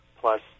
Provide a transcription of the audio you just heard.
plus